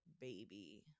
baby